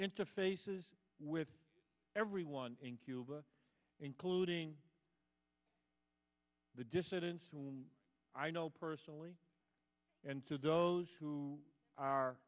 interfaces with everyone in cuba including the dissidents who i know personally and to those who are